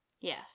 Yes